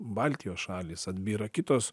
baltijos šalys atbyra kitos